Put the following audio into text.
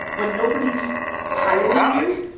when nobody's hiring you,